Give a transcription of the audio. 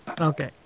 okay